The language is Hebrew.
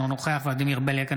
אינו נוכח ולדימיר בליאק,